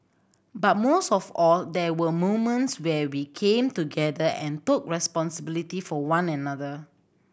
but most of all there were moments where we came together and took responsibility for one another